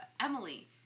Emily